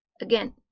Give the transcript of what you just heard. Again